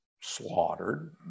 slaughtered